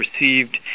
received